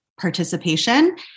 participation